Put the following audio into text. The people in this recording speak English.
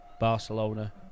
Barcelona